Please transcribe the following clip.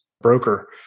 broker